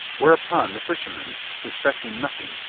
whereupon the fishermen, suspecting nothing,